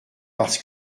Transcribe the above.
parce